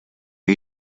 are